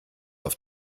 auf